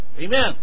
Amen